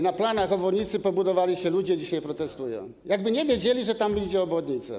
Na planach obwodnicy pobudowali się ludzie, dzisiaj protestują, jakby nie wiedzieli, że tam idzie obwodnica.